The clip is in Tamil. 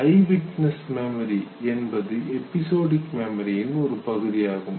ஐவிட்னஸ் மெமரி என்பது எபிசோடிக் மெமரியின் ஒரு பகுதியாகும்